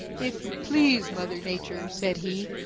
if you please, mother nature, said he,